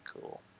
cool